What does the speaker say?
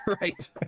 Right